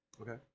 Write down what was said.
Okay